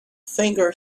finger